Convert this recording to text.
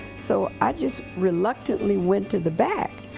so i just reluctantly went to the back,